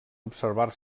observar